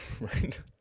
right